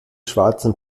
schwarzen